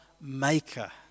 maker